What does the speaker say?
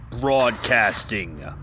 Broadcasting